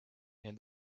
and